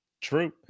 True